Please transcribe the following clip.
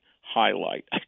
highlight